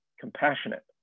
compassionate